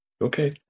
Okay